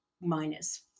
minus